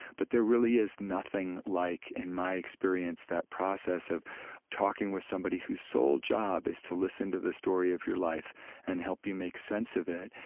but there really is nothing like, in my experience, that process of talking with somebody whose sole job is to listen to the story of your life and help you make sense of it.